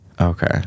Okay